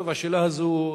השאלה הזאת,